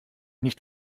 nicht